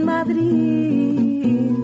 Madrid